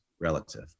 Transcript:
relative